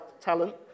talent